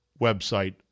website